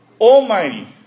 almighty